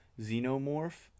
Xenomorph